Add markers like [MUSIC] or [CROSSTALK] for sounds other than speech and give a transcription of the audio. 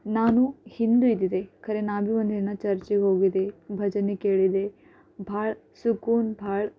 ನಾನು [UNINTELLIGIBLE] ಖರೆ ನಾಭಿ ಒಂದಿನ ಚರ್ಚ್ಗೆ ಹೋಗಿದ್ದೆ ಭಜನೆ ಕೇಳಿದೆ ಬಹಳ ಸುಕೂನ್ ಭಾಳ